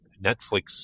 Netflix